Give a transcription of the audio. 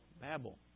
Babel